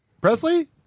Presley